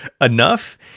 enough